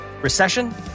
Recession